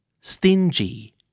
stingy